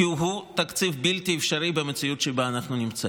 כי הוא תקציב בלתי אפשרי במציאות שבה אנחנו נמצאים.